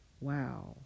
Wow